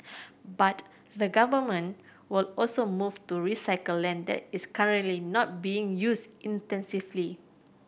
but the Government will also move to recycle land the it's currently not being used intensely